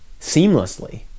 seamlessly